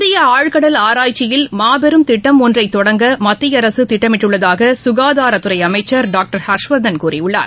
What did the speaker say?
இந்திய ஆழ்கடல் ஆராய்ச்சியில் மாபெரும் திட்டம் ஒன்றை தொடங்க மத்திய அரசு திட்டமிட்டுள்ளதாக சுகாதாரத்துறை அமைச்சர் டாக்டர் ஹர்ஷ்வர்தன் கூறியுள்ளார்